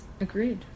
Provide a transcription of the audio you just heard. agreed